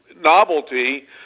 novelty